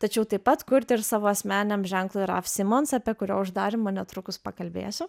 tačiau taip pat kurti ir savo asmeniniam ženklui raf simons apie kurio uždarymą netrukus pakalbėsiu